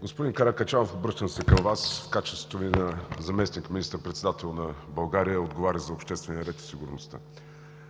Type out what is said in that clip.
Господин Каракачанов, обръщам се към Вас в качеството Ви на заместник министър-председател на България, отговарящ за обществения ред и сигурността.